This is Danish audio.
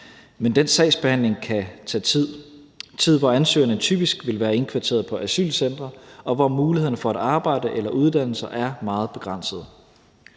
Men den sagsbehandling kan tage tid – tid, hvor ansøgerne typisk vil være indkvarteret på asylcentre, og hvor mulighederne for at arbejde eller uddanne sig er meget begrænsede.